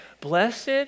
blessed